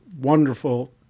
wonderful